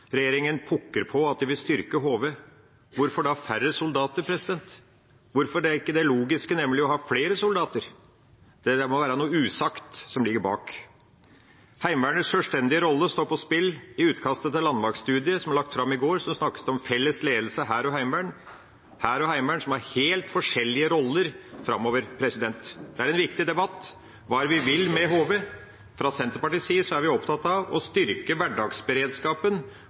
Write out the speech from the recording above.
Regjeringen pukker på at de vil styrke Heimevernet – hvorfor da ha færre soldater? Hvorfor ikke det logiske, som er å ha flere soldater? Det må være noe usagt som ligger bak. Heimevernets sjølstendige rolle står på spill. I utkastet til landmaktstudien, som ble lagt fram i går, snakkes det om felles ledelse av hær og heimevern, som har helt forskjellige roller framover. Det er en viktig debatt – hva vil vi med HV? Senterpartiet er opptatt av å styrke hverdagsberedskapen,